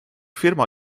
firma